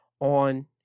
on